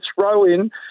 throw-in